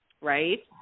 Right